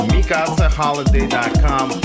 MikasaHoliday.com